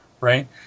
right